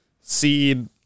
see